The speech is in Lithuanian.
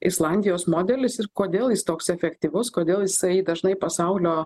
islandijos modelis ir kodėl jis toks efektyvus kodėl jisai dažnai pasaulio